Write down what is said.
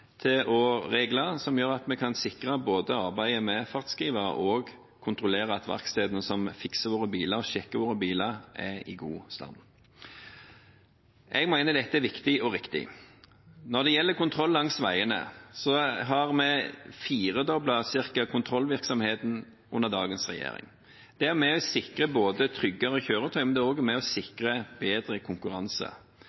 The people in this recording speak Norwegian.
regler som gjør at vi både kan sikre arbeidet med fartsskrivere og kontrollere at verkstedene som fikser og sjekker bilene våre, er i god stand. Jeg mener dette er viktig og riktig. Når det gjelder kontroll langs veiene, har vi cirka firedoblet kontrollvirksomheten under dagens regjering. Det er med på å sikre tryggere kjøretøy, men det er også med på å